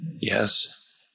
yes